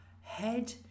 head